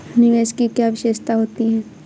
निवेश की क्या विशेषता होती है?